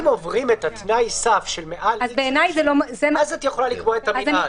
אם עוברים את תנאי הסף אז את יכולה לקבוע את המנעד.